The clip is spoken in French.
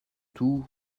tout